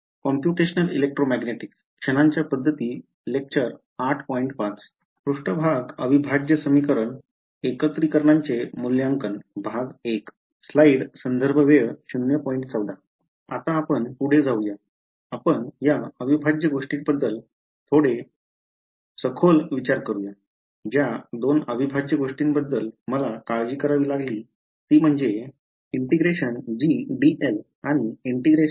आता आपण पुढे जाऊन आपण या अविभाज्य गोष्टींबद्दल थोडे सखोल विचार करूया ज्या दोन अविभाज्य गोष्टींबद्दल मला काळजी करावी लागली ते म्हणजे आणि होय